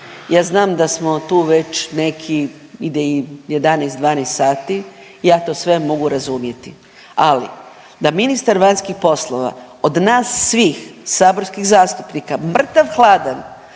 ja znam da smo tu već nekih 11-12 sati, ja to sve mogu razumjeti, ali da ministar vanjskih poslova od nas svih saborskih zastupnika mrtav hladan